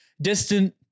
distant